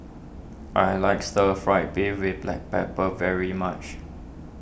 I like Stir Fried Beef with Black Pepper very much